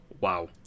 wow